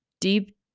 deep